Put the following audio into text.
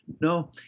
No